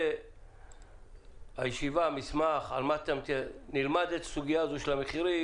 היתר תהיה מותנית באישור של ועדת הכלכלה ולא סמכות רק של השר